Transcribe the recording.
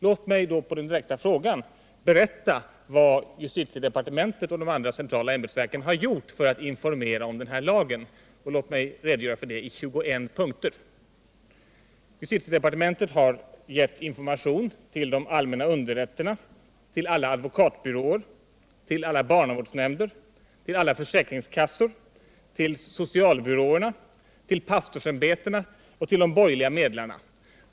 I 21 punkter vill jag tala om vad justitiedepartementet och de andra centrala ämbetsverken gjort för att informera om denna lag: Justitiedepartementet har gett information till de allmänna underrätterna, till alla advokatbyråer, till alla barnavårdsnämnder, till alla försäkringskassor, till socialbyråerna, till pastorsämbetena och till de borgerliga medlarna.